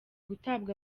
gutabwa